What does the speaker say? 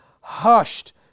hushed